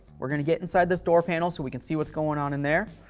we're going to get inside this door panel so we can see what's going on in there.